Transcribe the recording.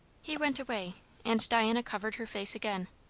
he went away and diana covered her face again.